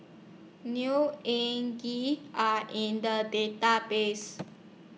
Neo Anngee Are in The Database